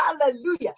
Hallelujah